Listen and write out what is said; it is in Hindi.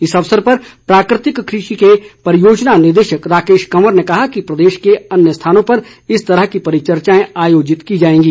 इस अवसर पर प्राकृतिक कृषि के परियोजना निदेशक राकेश कवर ने कहा कि प्रदेश के अन्य स्थानों पर इस तरह की परिचर्चाएं आयोजित की जाएंगी